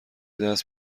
دست